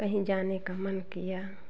कहीं जाने का मन किया